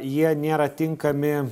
jie nėra tinkami